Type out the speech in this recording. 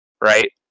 right